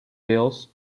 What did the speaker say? bills